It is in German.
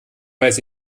weiß